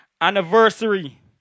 anniversary